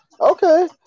Okay